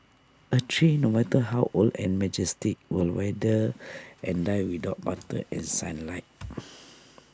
A tree no matter how old and majestic will wither and die without water and sunlight